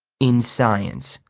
in science